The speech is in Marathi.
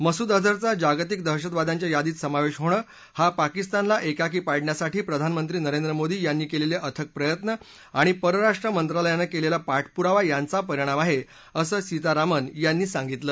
मसूद अजहरचा जागतिक दहशतवाद्यांच्या यादीत समावेश होणं हा पाकिस्तानला एकाकी पाडण्यासाठी प्रधानमंत्री नरेंद्र मोदी यांनी केलेले अथक प्रयत्न आणि परराष्ट्र मंत्रालयानं केलेला पाठपुरावा यांचा परिणाम आहे असं सीतारामन यांनी सांगितलं